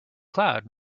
cloud